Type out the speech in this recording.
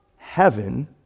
heaven